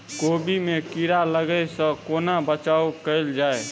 कोबी मे कीड़ा लागै सअ कोना बचाऊ कैल जाएँ?